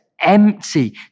empty